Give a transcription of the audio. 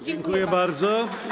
Dziękuję bardzo.